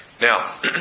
Now